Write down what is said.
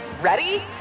Ready